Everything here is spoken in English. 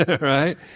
right